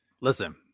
listen